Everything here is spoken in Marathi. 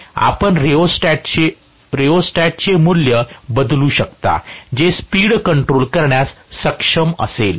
आपण रियोस्टॅट मूल्य बदलू शकता ते स्पीड कंट्रोल करण्यास सक्षम असेल